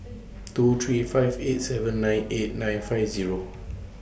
two three five eight seven nine eight nine five Zero